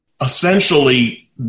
essentially